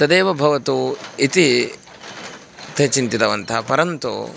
तदेव भवतु इति ते चिन्तितवन्तः परन्तु